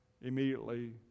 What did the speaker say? immediately